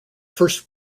first